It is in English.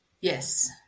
Yes